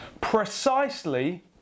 precisely